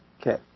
Okay